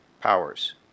powers